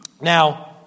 Now